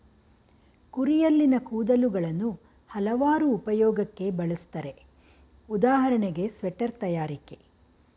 ಕುರಿಯಲ್ಲಿನ ಕೂದಲುಗಳನ್ನು ಹಲವಾರು ಉಪಯೋಗಕ್ಕೆ ಬಳುಸ್ತರೆ ಉದಾಹರಣೆ ಸ್ವೆಟರ್ ತಯಾರಿಕೆ